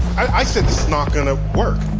i said this is not going to work.